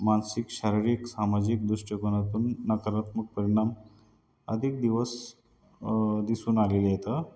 मानसिक शारीरिक सामाजिक दृष्टिकोनातून नकारात्मक परिणाम अधिक दिवस दिसून आलेले आहेत